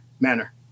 manner